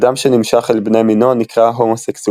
אדם שנמשך אל בני מינו נקרא הומוסקסואל